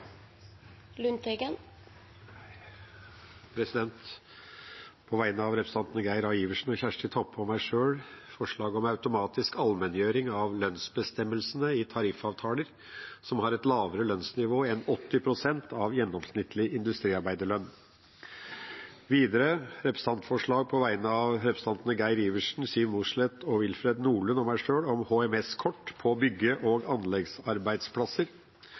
Lundteigen vil framsette tre representantforslag. På vegne av representantene Geir Adelsten Iversen, Kjersti Toppe og meg sjøl fremmer jeg representantforslag om automatisk allmenngjøring av lønnsbestemmelsene i tariffavtaler som har et lavere lønnsnivå enn 80 pst. av gjennomsnittlig industriarbeiderlønn. Videre fremmer jeg på vegne av representantene Geir Adelsten Iversen, Siv Mossleth, Willfred Nordlund og meg sjøl representantforslag om HMS-kort på bygge- og anleggsarbeidsplasser.